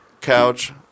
couch